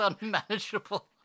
unmanageable